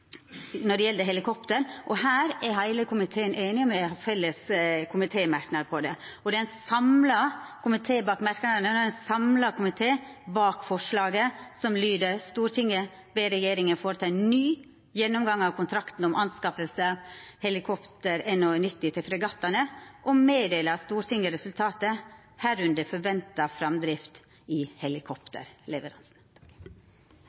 når det gjeld helikopter, og her er heile komiteen einig – me har felles komitémerknad om det. Det er ein samla komité bak merknadene, og det er ein samla komité bak forslaget til vedtak, som lyder: «Stortinget ber regjeringen foreta en ny gjennomgang av kontrakten om anskaffelse av helikopter NH90 til fregattene og meddele Stortinget resultatet, herunder forventet fremdrift i